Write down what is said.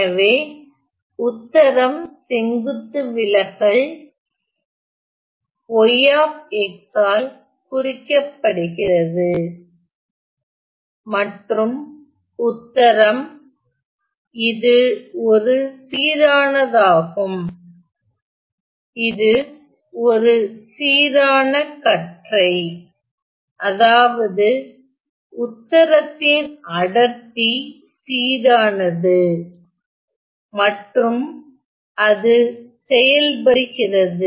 எனவே உத்தரம் செங்குத்து விலகல் y ஆல் குறிக்கப்படுகிறது மற்றும் உத்தரம் இது ஒரு சீரானதாகும் இது ஒரு சீரான கற்றை அதாவது உத்தரத்தின் அடர்த்தி சீரானது மற்றும் அது செயல்படுகிறது